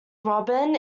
robyn